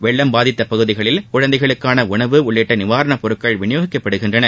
வெள்ளம் பாதித்த பகுதிகளில் குழந்தைகள் உணவு உள்ளிட்ட நிவாரணப்பொருட்கள் விநியோகிக்கப்படுகின்றன